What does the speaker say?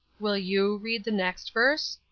will you read the next verse?